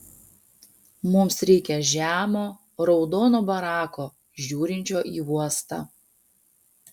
mums reikia žemo raudono barako žiūrinčio į uostą